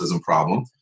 problem